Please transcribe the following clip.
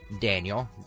Daniel